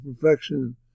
perfection